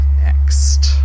next